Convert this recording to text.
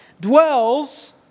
dwells